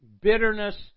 bitterness